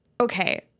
okay